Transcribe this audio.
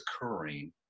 occurring